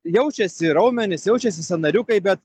jaučiasi raumenys jaučiasi sąnariukai bet